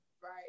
Right